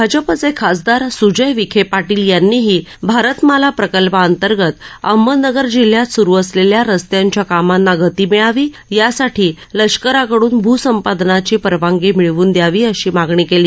भाजपाच खासदार सुजय विख पाटील यांनीही भारतमाला प्रकल्पांतर्गत अहमदनगर जिल्ह्यात सुरू असलक्ष्या रस्त्याच्या कामांना गती मिळावी यासाठी लष्कराकडून भू संपादनाची परवानगी मिळवून दयावी अशी मागणी कली